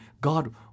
God